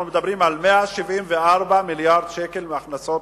אנחנו מדברים על 174 מיליארד שקלים מהכנסות